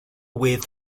with